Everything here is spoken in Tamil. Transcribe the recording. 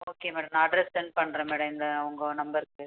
ஓகே மேடம் நான் அட்ரஸ் செண்ட் பண்ணுறேன் மேடம் இந்த உங்கள் நம்பருக்கு